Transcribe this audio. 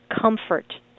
comfort